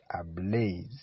ablaze